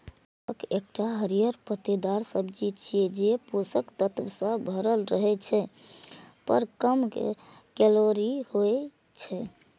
पालक एकटा हरियर पत्तेदार सब्जी छियै, जे पोषक तत्व सं भरल रहै छै, पर कम कैलोरी होइ छै